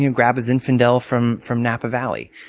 you know grab a zinfandel from from napa valley.